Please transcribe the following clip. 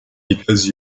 because